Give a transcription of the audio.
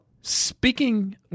Speaking